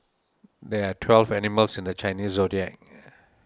there are twelve animals in the Chinese zodiac